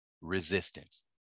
resistance